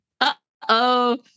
Uh-oh